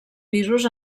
pisos